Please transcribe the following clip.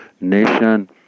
nation